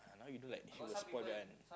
now you do like it will spoil that one